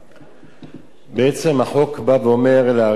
בעצם החוק בא ואומר להאריך את חוק ההתיישנות,